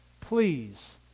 Please